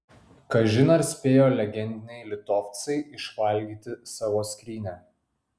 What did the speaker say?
kažin ar spėjo legendiniai litovcai išvalgyti savo skrynią